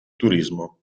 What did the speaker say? turismo